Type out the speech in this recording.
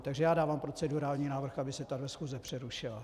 Takže dávám procedurální návrh, aby se tahle schůze přerušila.